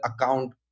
account